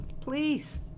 Please